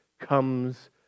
comes